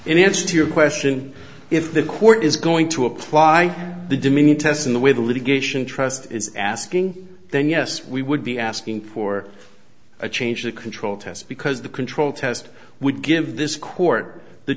in answer to your question if the court is going to apply the demeaning test in the way the litigation trust is asking then yes we would be asking for a change of control test because the control test would give this court the